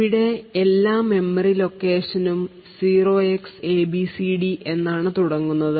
ഇവിടെ എല്ലാ മെമ്മറി ലൊക്കേഷനും ഉം 0Xabcd എന്നാണ് ആണ് തുടങ്ങുന്നത്